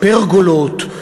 לפרגולות,